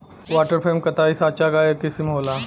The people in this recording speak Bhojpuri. वाटर फ्रेम कताई साँचा क एक किसिम होला